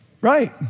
right